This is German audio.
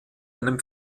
einem